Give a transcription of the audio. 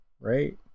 right